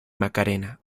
macarena